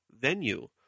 venue